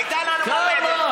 הייתה לנו מועמדת,